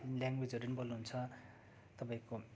ल्याङवेजहरू नि बोल्नु हुन्छ तपाईँको